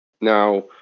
Now